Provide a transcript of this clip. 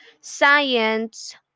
science